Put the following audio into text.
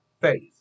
faith